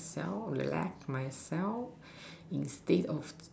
self relax myself instead of